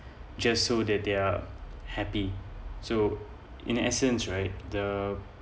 just so that they are happy so in essence right the